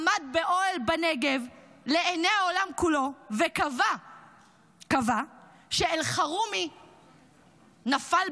עמד באוהל בנגב לעיני העולם כולו וקבע שאלחרומי נפל.